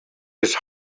his